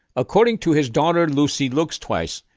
according to his daughter lucy looks twice,